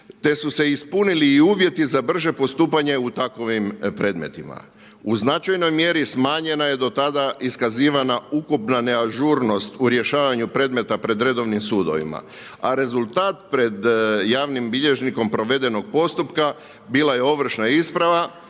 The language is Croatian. te su se i ispunili i uvjeti za brže postupanje u takvim predmetima. U značajnom mjeri smanjena je do tada iskazivana ukupna neažurnost u rješavanju predmeta pred redovnim sudovima a rezultat pred javnim bilježnikom provedenog postupka bila je ovršna isprava